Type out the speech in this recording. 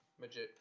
magic